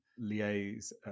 liaise